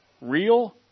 real